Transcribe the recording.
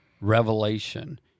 revelation